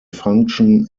function